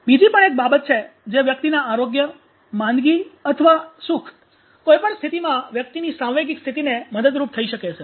બીજી પણ એક બાબત છે જે વ્યક્તિના આરોગ્ય માંદગી અથવા સુખ - કોઈપણ સ્થિતિમાં વ્યક્તિની સાંવેગિક સ્થિતિને મદદરૂપ થઈ શકે છે